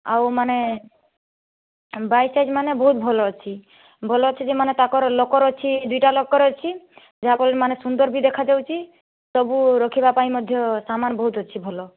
ଆଉ ମାନେ ବାଇଶ ସାଇଜ୍ ମାନେ ବହୁତ ଭଲ ଅଛି ଭଲ ଅଛି ଯେ ମାନେ ତାଙ୍କର ଲକର୍ ଅଛି ଦୁଇଟା ଲକର୍ ଅଛି ଯାହାଫଳରେ ମାନେ ସୁନ୍ଦର ବି ଦେଖାଯାଉଛି ସବୁ ରଖିବା ପାଇଁ ମଧ୍ୟ ସାମାନ ବହୁତ ଅଛି ଭଲ